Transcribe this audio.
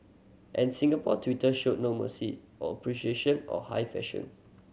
and Singapore Twitter showed no mercy or appreciation of high fashion